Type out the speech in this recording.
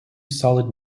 solid